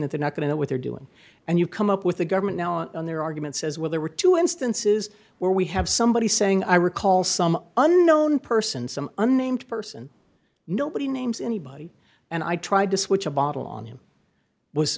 that they're not going to know what they're doing and you come up with the government now in their argument says well there were two instances where we have somebody saying i recall some unknown person some unnamed person nobody names anybody and i tried to switch a bottle on you was